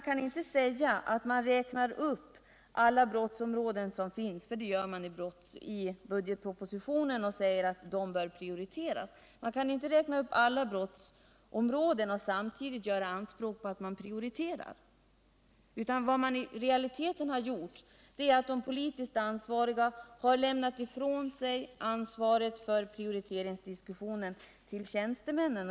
I budgetpropositionen räknar man upp alla brottsområden som finns och säger att de måste prioriteras. Man kan inte räkna upp alla brottsområden och samtidigt göra anspråk på att man prioriterar. Vad som i realiteten skett är att de politiskt ansvariga lämnar ifrån sig ansvaret för prioriteringsdiskussionen till tjänstemännen.